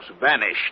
vanished